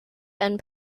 and